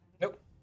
Nope